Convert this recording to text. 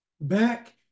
back